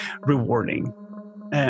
rewarding